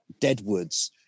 Deadwoods